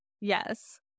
yes